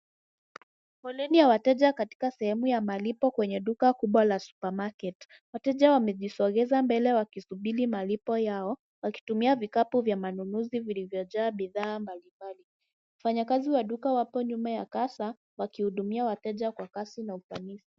Foleni ya wateja katika sehemu ya malipo kwenye duka kubwa la supermarket . Wateja wamejisogeza mbele wakisubiri malipo yao wakitumia vikapu vya manunuzi vilivyojaa bidhaa mbalimbali. Wafanyakazi wa duka wapo nyuma ya kasha wakihudumia wateja kwa kasi na ufanisi.